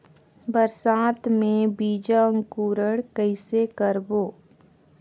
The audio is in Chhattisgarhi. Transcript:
बरसात मे बीजा अंकुरण कइसे करबो?